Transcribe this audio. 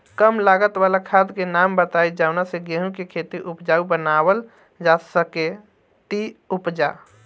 कम लागत वाला खाद के नाम बताई जवना से गेहूं के खेती उपजाऊ बनावल जा सके ती उपजा?